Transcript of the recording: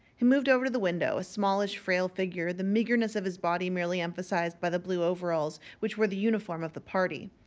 he moved over to the window a smallish, frail figure, the meagreness of his body merely emphasized by the blue overalls which were the uniform of the party.